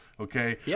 Okay